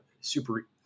super